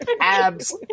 abs